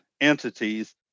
entities